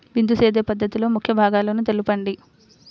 బిందు సేద్య పద్ధతిలో ముఖ్య భాగాలను తెలుపండి?